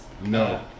No